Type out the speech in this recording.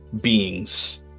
beings